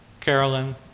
Carolyn